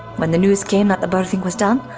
when the news came that the birthing was done,